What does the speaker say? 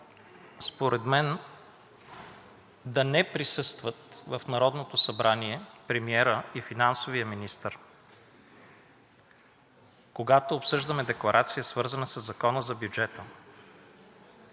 според мен да не присъстват в Народното събрание премиерът и финансовият министър, когато обсъждаме декларация, свързана със Закона за бюджета